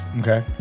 Okay